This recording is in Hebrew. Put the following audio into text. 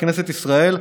כנסת ישראל,